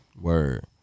word